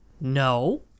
No